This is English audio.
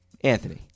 Anthony